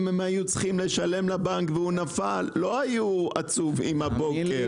אם הם היו צריכים לשלם לבנק והוא נפל הם לא היו עצובים עם הבוקר.